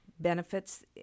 Benefits